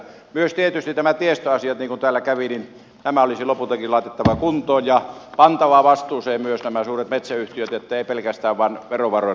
myös tietysti nämä tiestöasiat niin kuin täällä kävi ilmi olisi lopultakin laitettava kuntoon ja pantava vastuuseen myös nämä suuret metsäyhtiöt että ei pelkästään vain verovaroin näitä teitä korjailla